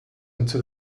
into